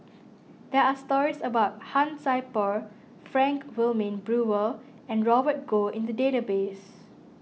there are stories about Han Sai Por Frank Wilmin Brewer and Robert Goh in the database